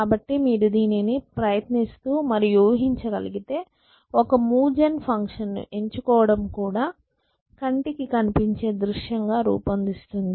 కాబట్టి మీరు దీనిని ప్రయత్నిస్తూ మరియు ఉహించగలిగితే ఒక మూవ్ జెన్ ఫంక్షన్ ను ఎంచుకోవడం కూడా కంటికి కనిపించే దృశ్యం గా రూపొందిస్తుంది